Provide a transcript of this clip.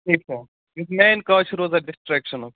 ٹھیٖک چھا یُس مین کاز چھِ روزان ڈِسٹرٛیکشَنُک